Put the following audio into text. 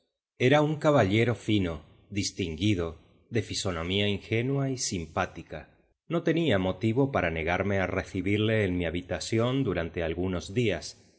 era un caballero fino distinguido de fisonomía ingenua y simpática no tenía motivo para negarme a recibirle en mi habitación algunos días